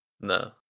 No